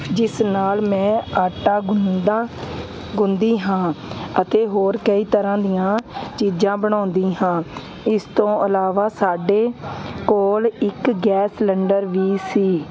ਜਿਸ ਨਾਲ ਮੈਂ ਆਟਾ ਗੁੰਦਾ ਗੁੰਨਦੀ ਹਾਂ ਅਤੇ ਹੋਰ ਕਈ ਤਰ੍ਹਾਂ ਦੀਆਂ ਚੀਜ਼ਾਂ ਬਣਾਉਂਦੀ ਹਾਂ ਇਸ ਤੋਂ ਇਲਾਵਾ ਸਾਡੇ ਕੋਲ ਇੱਕ ਗੈਸ ਸਿਲੰਡਰ ਵੀ ਸੀ